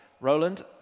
Roland